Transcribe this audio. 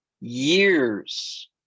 years